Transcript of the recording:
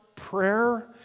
prayer